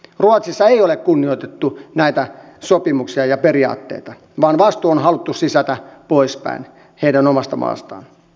ruotsissa ei ole kunnioitettu näitä sopimuksia ja periaatteita vaan vastuu on haluttu sysätä pois heidän omasta maastaan